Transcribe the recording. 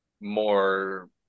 more